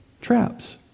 traps